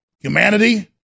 Humanity